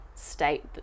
state